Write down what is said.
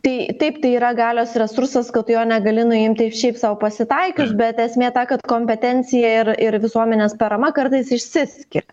tai taip tai yra galios resursas kad tu jo negali nuimti šiaip sau pasitaikius bet esmė ta kad kompetencija ir ir visuomenės parama kartais išsiskiria